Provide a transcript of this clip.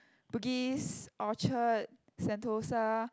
Bugis Orchard Sentosa